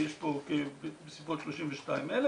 ויש פה בסביבות 32,000,